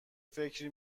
فکری